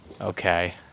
Okay